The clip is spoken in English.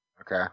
Okay